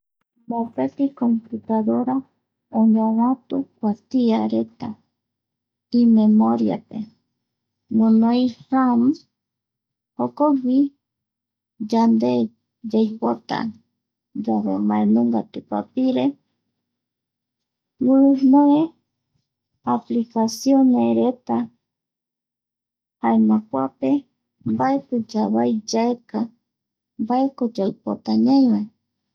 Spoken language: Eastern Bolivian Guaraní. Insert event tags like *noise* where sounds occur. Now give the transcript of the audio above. Mopeti computadora oñovatu kuatia reta imemoriape *noise* guinoi ram jokogui yande, yaipotayave yande mbae nunga tupapire *noise* guinoe aplicacionesreta jaema. Kuape mbaeti yavai yaeka mbaeko yaipota ñaiva.